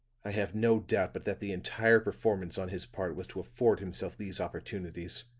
i have no doubt but that the entire performance on his part was to afford himself these opportunities